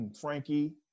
Frankie